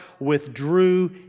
withdrew